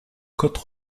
côte